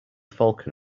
falcon